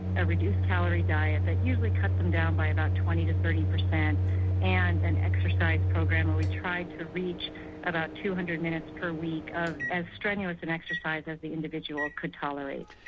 a reduced calorie diet that usually cut them down by about twenty percent to thirty percent and an exercise program where we tried to reach about two hundred minutes per week of as strenuous an exercise as the individual could tolerate.